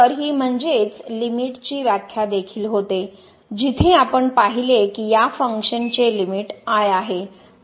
तर हि म्हणजेच लिमिटची व्याख्या देखील होते जिथे आपण पाहिले की या फंक्शन चे लिमिट l आहे